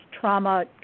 trauma